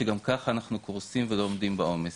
שגם ככה אנחנו קורסים ולא עומדים בעומס